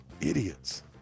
Idiots